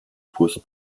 pusten